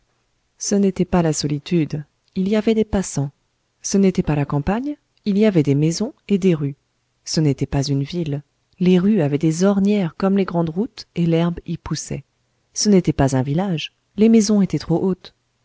ce n'était pas la solitude il y avait des passants ce n'était pas la campagne il y avait des maisons et des rues ce n'était pas une ville les rues avaient des ornières comme les grandes routes et l'herbe y poussait ce n'était pas un village les maisons étaient trop hautes